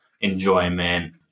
enjoyment